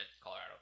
Colorado